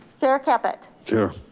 chair caput? yeah